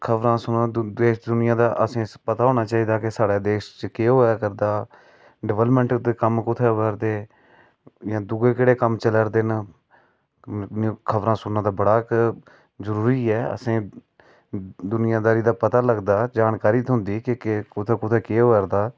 असें ई पता होना चाहिदा कि साढ़े देश केह् करा करदा डेवेल्पमैंट दे कम्म कुत्थें होआ करदे दूऐ केह्ड़े कम्म चला करदे न मतलब खबरां सुनने दा बड़ा इक्क जरूरी ऐ असें दूनियादारी दा पता लगदा जानकारी थ्होंदी कि कुत्थें कुत्थें केह् होआ करदा